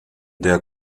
der